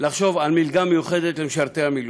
על מלגה מיוחדת למשרתי מילואים.